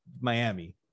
Miami